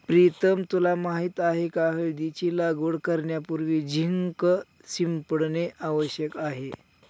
प्रीतम तुला माहित आहे का हळदीची लागवड करण्यापूर्वी झिंक शिंपडणे आवश्यक आहे